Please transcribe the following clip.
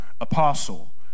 apostle